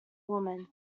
woman